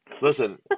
Listen